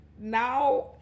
now